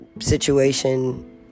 situation